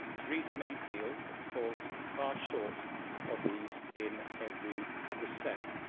theresa may's deal falls far short of these in every respect.